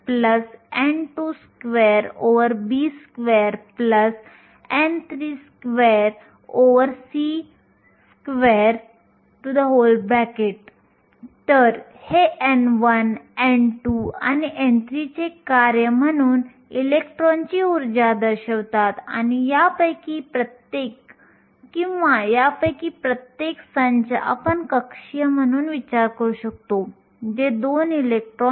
म्हणून सिलिकॉनच्या बाबतीत विचार करू आणि आपण फक्त इलेक्ट्रॉन बद्दल बोलू आणि छिद्रांसाठी समान गणिते वापरू सिलिकॉनच्या बाबतीत विचार करू जेव्हा μe हे 1350 असेल